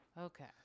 Okay